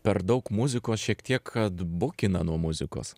per daug muzikos šiek tiek atbukina nuo muzikos